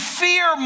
fear